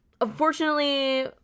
Unfortunately